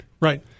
Right